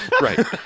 Right